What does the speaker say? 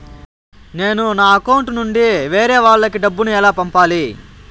నేను నా అకౌంట్ నుండి వేరే వాళ్ళకి డబ్బును ఎలా పంపాలి?